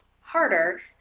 harder